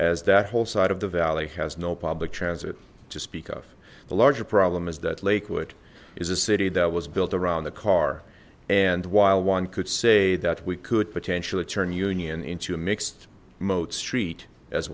as that whole side of the valley has no public transit to speak of the larger problem is that lakewood is a city that was built around the car and while one could say that we could potentially turn union into a mixed mode street as